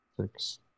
six